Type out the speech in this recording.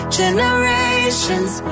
generations